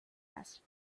asked